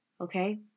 Okay